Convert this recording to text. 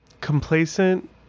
complacent